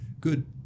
good